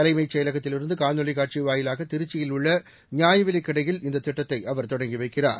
தலைமைச் செயலகத்திலிருந்து காணொலி காட்சி வாயிலாக திருச்சியில் உள்ள நியாயவிலைக் கடையில் இந்த திட்டத்தை அவர் தொடங்கி வைக்கிறார்